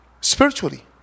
spiritually